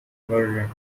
version